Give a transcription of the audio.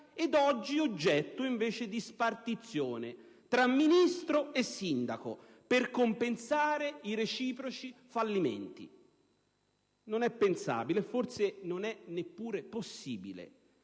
ed oggi oggetto invece di spartizione tra Ministro e sindaco per compensare i reciproci fallimenti. Non è pensabile, e forse non è neppure possibile,